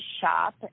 shop